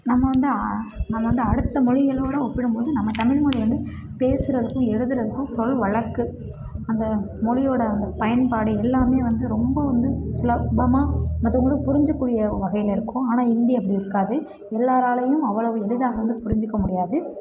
நம்ம வந்து நம்ம வந்து அடுத்த மொழிகளோட ஒப்பிடும்போது நம்ம தமிழ்மொழி வந்து பேசுறதுக்கும் எழுதுறதுக்கும் சொல் வழக்கு அந்த மொழியோட அந்த பயன்பாடு எல்லாமே வந்து ரொம்போ வந்து சுலபமா மற்றவங்களும் புரிஞ்சிக்கூடிய வகையில் இருக்கும் ஆனால் ஹிந்தி அப்படி இருக்காது எல்லாராலையும் அவ்வளவு எளிதாக வந்து புரிஞ்சிக்க முடியாது